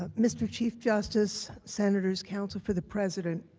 um mr. chief justice. senators, council for the president.